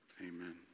Amen